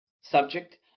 subject